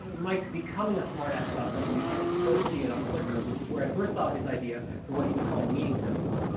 mike becoming a smartass about something, you tend to first see it on flickr, which is where i first saw his idea for what he was calling meeting tokens.